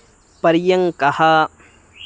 पर्यङ्कः